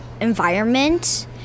environment